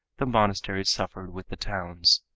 the monasteries suffered with the towns.